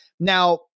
Now